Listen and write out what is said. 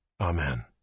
Amen